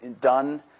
done